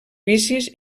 vicis